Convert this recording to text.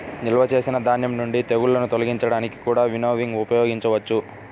నిల్వ చేసిన ధాన్యం నుండి తెగుళ్ళను తొలగించడానికి కూడా వినోవింగ్ ఉపయోగించవచ్చు